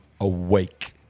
awake